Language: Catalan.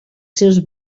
seus